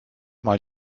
mal